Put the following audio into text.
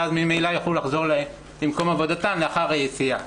ואז ממילא יכלו לחזור למקום עבודתן לאחר היציאה.